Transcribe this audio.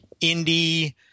indie